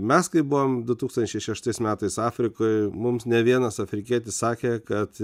mes kai buvom du tūkstančiai šeštais metais afrikoj mums ne vienas afrikietis sakė kad